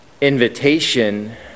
invitation